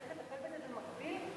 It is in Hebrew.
צריך לטפל בזה במקביל,